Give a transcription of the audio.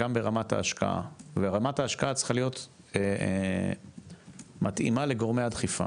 גם ברמת ההשקעה ורמת ההשקעה צריכה להיות מתאימה לגורמי הדחיפה,